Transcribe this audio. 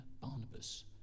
Barnabas